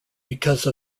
because